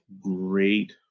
great